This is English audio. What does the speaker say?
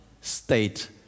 state